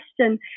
question